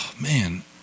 man